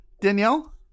danielle